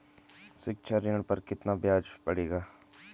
शिक्षा ऋण पर कितना ब्याज पड़ेगा?